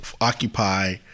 occupy